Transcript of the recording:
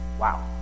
Wow